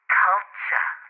culture